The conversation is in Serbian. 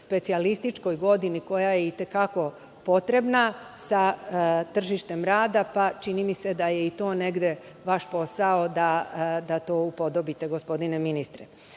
specijalističkoj godini, koja je i te kako potrebna, sa tržištem rada, pa čini mi se da je i to negde vaš posao da to upodobite, gospodine